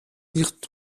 nicht